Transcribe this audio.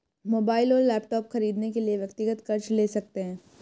mobile और laptop खरीदने के लिए व्यक्तिगत कर्ज ले सकते है